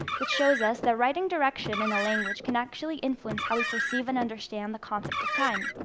which shows us that writing direction in a language can actually influence how we perceive and understand the concept of time.